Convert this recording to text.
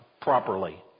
properly